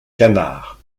canard